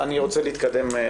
אני רוצה להתקדם.